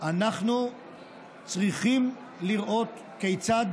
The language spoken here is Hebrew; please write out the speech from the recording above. אנחנו צריכים לראות כיצד